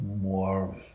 more